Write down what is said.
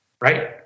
Right